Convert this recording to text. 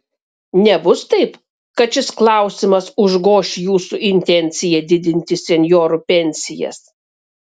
nebus taip kad šis klausimas užgoš jūsų intenciją didinti senjorų pensijas